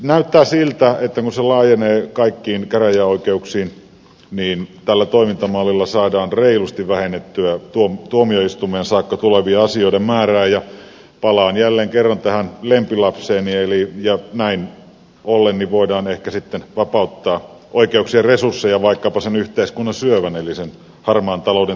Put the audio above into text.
näyttää siltä että kun se laajenee kaikkiin käräjäoikeuksiin niin tällä toimintamallilla saadaan reilusti vähennettyä tuomioistuimeen saakka tulevien asioiden määrää ja palaan jälleen kerran tähän lempilapseeni näin ollen voidaan ehkä sitten vapauttaa oikeuksien resursseja vaikkapa sen yhteiskunnan syövän eli sen harmaan talouden torjuntaan